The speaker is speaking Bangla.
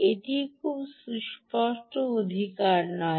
এটি কোন সুস্পষ্ট অধিকার নয়